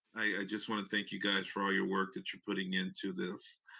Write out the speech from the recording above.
i just wanna thank you guys for all your work that you're putting into this.